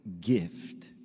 gift